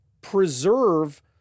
preserve